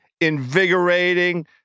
invigorating